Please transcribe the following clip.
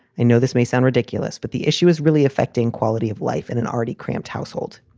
i know this may sound ridiculous, but the issue is really affecting quality of life in an already cramped household.